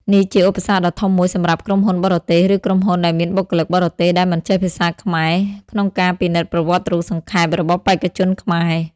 នេះជាឧបសគ្គដ៏ធំមួយសម្រាប់ក្រុមហ៊ុនបរទេស ឬក្រុមហ៊ុនដែលមានបុគ្គលិកបរទេសដែលមិនចេះភាសាខ្មែរ ក្នុងការពិនិត្យប្រវត្តិរូបសង្ខេប របស់បេក្ខជនខ្មែរ។